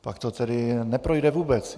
Pak to tedy neprojde vůbec.